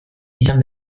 izan